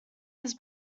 his